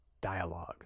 dialogue